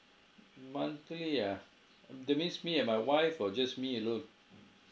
monthly ah that means me and my wife or just me alone